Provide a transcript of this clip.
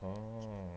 oh